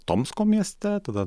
tomsko mieste tada